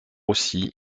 aussi